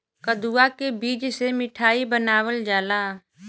कदुआ के बीज से मिठाई बनावल जाला